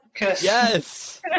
Yes